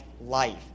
life